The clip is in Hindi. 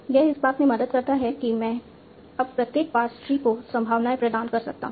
यह इस बात में मदद करता है कि मैं अब प्रत्येक पार्स ट्री को संभावनाएं प्रदान कर सकता हूं